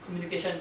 communication